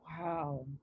Wow